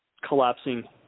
collapsing